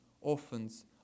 orphans